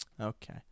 Okay